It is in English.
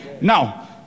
Now